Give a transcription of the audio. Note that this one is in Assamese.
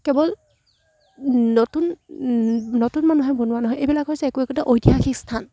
কেৱল নতুন নতুন মানুহে বনোৱা নহয় এইবিলাক হৈছে একো একোটা ঐতিহাসিক স্থান